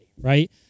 right